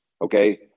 okay